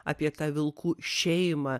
apie tą vilkų šeimą